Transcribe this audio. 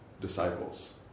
disciples